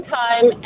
time